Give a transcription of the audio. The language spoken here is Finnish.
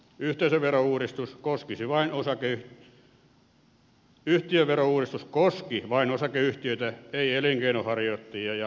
yhteisöverouudistus koski vain osakeyhtiöitä ei elinkeinonharjoittajia ja henkilöyhtiöitä